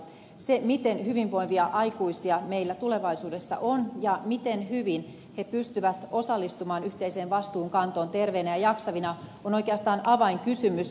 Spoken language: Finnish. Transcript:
se miten hyvinvoivia aikuisia meillä tulevaisuudessa on ja miten hyvin he pystyvät osallistumaan yhteiseen vastuunkantoon terveinä ja jaksavina on oikeastaan avainkysymys